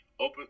open